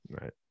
Right